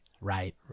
right